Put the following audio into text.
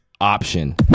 option